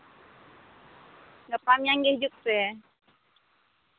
ᱜᱟᱯᱟ ᱢᱮᱭᱟᱝ ᱜᱮ ᱦᱤᱡᱩᱜ ᱯᱮ